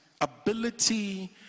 ability